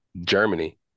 Germany